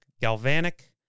galvanic